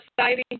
society